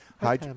Hi